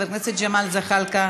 חבר הכנסת ג'מאל זחאלקה,